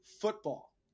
football